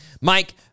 Mike